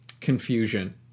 confusion